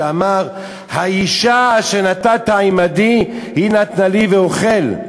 שאמר: האישה שנתת עמדי היא נתנה לי ואוכל,